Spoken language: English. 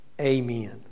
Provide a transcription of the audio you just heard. amen